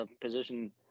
position